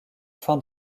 fin